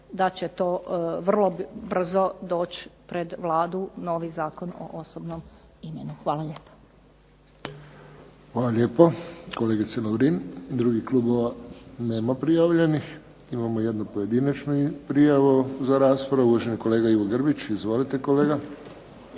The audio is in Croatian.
da će to vrlo brzo doći pred Vladu novi Zakon o osobnom imenu. Hvala lijepo. **Friščić, Josip (HSS)** Hvala lijepo kolegice Lovrin. Drugih klubova nema prijavljenih. Imamo jednu pojedinačnu prijavu za raspravu. Uvaženi kolega Ivo Grbić. Izvolite kolega.